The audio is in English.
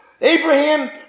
Abraham